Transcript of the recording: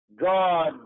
God